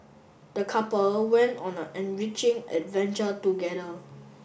the couple went on an enriching adventure together